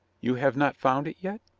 you have not found it yet?